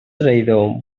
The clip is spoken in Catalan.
traïdor